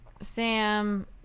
Sam